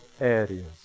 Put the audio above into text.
areas